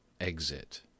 exit